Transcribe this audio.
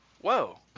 whoa